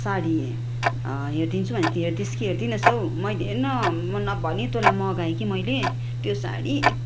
साडी हेरिदिन्छु भनेको थिस् हेरिदिइस् कि हेरिदिइनस् हौ मैले हेर् न म नभनी तँलाई मगाएँ कि मैले त्यो साडी